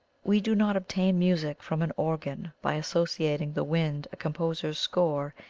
we do not obtain music from an organ by associating the wind, a composer's score,